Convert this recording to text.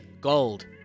gold